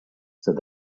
said